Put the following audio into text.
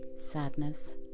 sadness